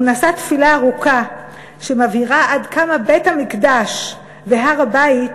נשא תפילה ארוכה שמבהירה עד כמה בית-המקדש והר-הבית